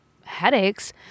headaches